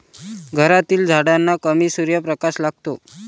घरातील झाडांना कमी सूर्यप्रकाश लागतो